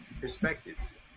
perspectives